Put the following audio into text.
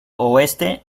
oeste